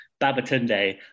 babatunde